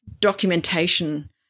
documentation